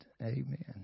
Amen